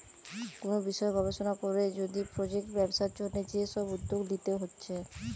কুনু বিষয় গবেষণা কোরে যদি প্রজেক্ট ব্যবসার জন্যে যে সব উদ্যোগ লিতে হচ্ছে